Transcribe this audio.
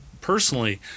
personally